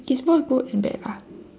it's both good and bad lah